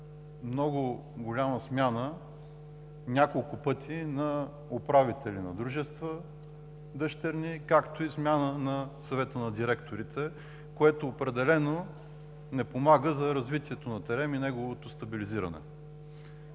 много голяма смяна, няколко пъти на управители на дружества – дъщерни, както и смяна на Съвета на директорите, което определено не помага за развитието на ТЕРЕМ и неговото стабилизиране.